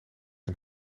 een